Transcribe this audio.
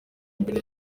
mbere